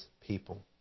people